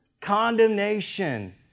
condemnation